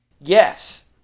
Yes